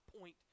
point